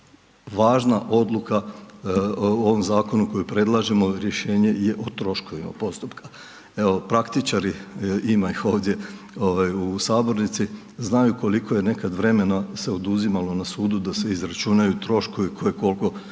važna odluka u ovom zakonu, koje predlažemo rješenje je o troškovima postupka. Evo praktičari, ima ih ovdje u sabornici, znaju koliko je nekada vremena se oduzimalo na sudu, da se izračunaju troškovi, ko je koliko